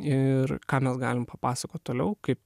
ir ką mes galim papasakoti toliau kaip